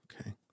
Okay